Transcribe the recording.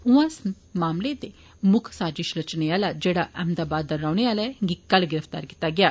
उयां इस मामले दी मुक्ख साजिष रचने आला जेह्ड़ा अहमदाबाद दा रौंहने आह्ला ऐ गी कल गिरफ्तार कीता गेआ